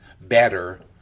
better